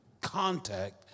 contact